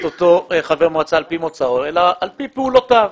אותו חבר מועצה על פי מוצאו אלא על פי פעולותיו.